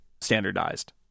standardized